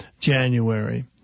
January